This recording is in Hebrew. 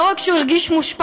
לא רק שהוא הרגיש מושפל,